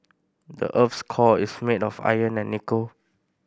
the earth's core is made of iron and nickel